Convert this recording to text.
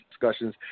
discussions